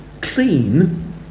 Clean